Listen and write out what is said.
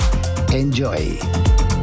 Enjoy